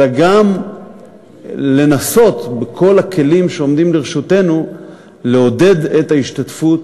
אלא גם לנסות בכל הכלים שעומדים לרשותנו לעודד את ההשתתפות